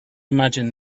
imagine